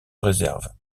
réserve